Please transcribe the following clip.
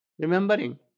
remembering